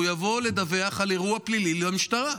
הוא יבוא לדווח על אירוע פלילי למשטרה,